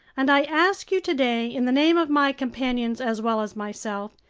and i ask you today, in the name of my companions as well as myself,